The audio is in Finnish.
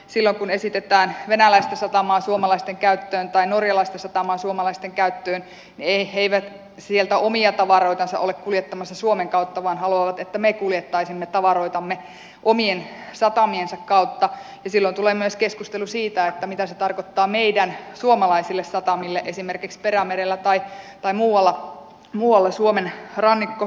silloin kun esitetään venäläistä satamaa suomalaisten käyttöön tai norjalaista satamaa suomalaisten käyttöön niin he eivät sieltä omia tavaroitansa ole kuljettamassa suomen kautta vaan haluavat että me kuljettaisimme tavaroitamme omien satamiensa kautta ja silloin tulee myös keskustelu siitä mitä se tarkoittaa meidän suomalaisille satamille esimerkiksi perämerellä tai muualla suomen rannikkoseuduilla